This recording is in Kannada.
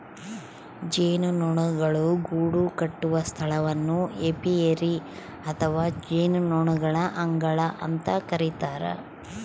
ಜೇನುನೊಣಗಳು ಗೂಡುಕಟ್ಟುವ ಸ್ಥಳವನ್ನು ಏಪಿಯರಿ ಅಥವಾ ಜೇನುನೊಣಗಳ ಅಂಗಳ ಅಂತ ಕರಿತಾರ